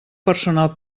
personal